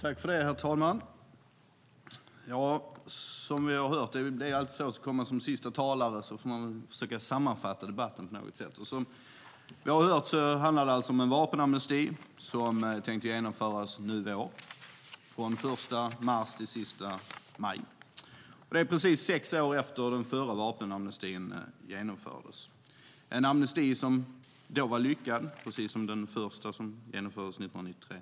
Herr talman! När man kommer som sista talare får man försöka sammanfatta debatten på något sätt. Som vi har hört handlar det alltså om en vapenamnesti som är tänkt att genomföras nu i vår från den 1 mars till den 31 maj. Det är precis sex år efter att den förra vapenamnestin genomfördes, en amnesti som då var lyckad, precis som den första som genomfördes 1993.